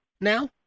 now